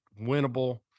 winnable